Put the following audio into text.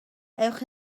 ewch